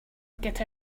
get